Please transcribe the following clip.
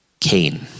Cain